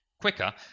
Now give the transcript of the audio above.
quicker